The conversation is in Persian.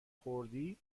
خوردی